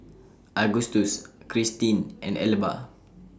Agustus Krystin and Elba